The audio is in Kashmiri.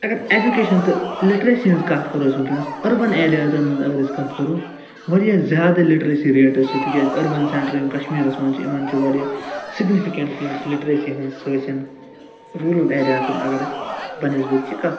اَگر ایٚجوٗکیشَن تہٕ لِٹریسی ہنٛز کَتھ کَرو أسۍ وُنٛکیٚس أربَن ایرِیازَن ہنٛز اَگر أسۍ کَتھ کَرو واریاہ زیادٕ لِٹریسی ریٹٕس چھِ تِکیٛازِ أربَن سیٚنٹَر یِم کشمیٖرَس منٛز چھِ یِمَن چھِ واریاہ سِگنِفِکیٚنٛٹ وُنٛکیٚس لِٹریسی ہنٛز سُہ ٲسِن روٗلَر ایرِیازَن اَگر أسۍ بہٕ نسبَتہِ کہِ کَتھ کَرو